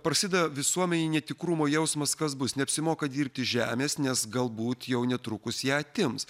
prasideda visuomenėj netikrumo jausmas kas bus neapsimoka dirbti žemės nes galbūt jau netrukus ją atims